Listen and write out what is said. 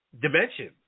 dimension